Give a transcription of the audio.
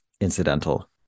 incidental